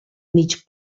mig